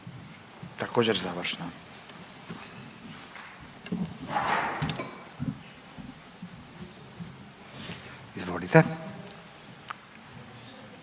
također završno. Izvolite.